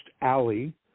Alley